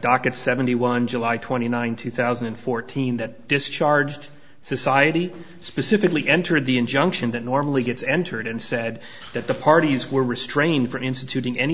docket seventy one july twenty ninth two thousand and fourteen that discharged society specifically entered the injunction that normally gets entered and said that the parties were restrained for instituting any